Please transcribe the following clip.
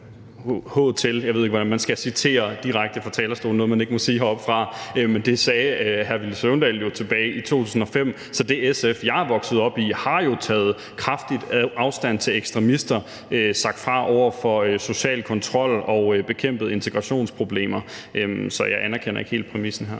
til. Jeg ved ikke, hvordan man skal citere direkte fra talerstolen, når det er noget, man ikke må sige heroppefra, men det sagde hr. Villy Søvndal jo tilbage i 2005. Så det SF, jeg er vokset op i, har jo taget kraftigt afstand fra ekstremister, sagt fra over for social kontrol og bekæmpet integrationsproblemer, så jeg anerkender ikke helt præmissen her.